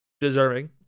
deserving